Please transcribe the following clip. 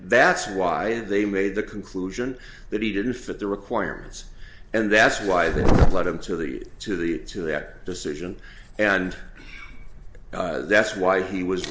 that's why they made the conclusion that he didn't fit the requirements and that's why they led him to the to the to that decision and that's why he was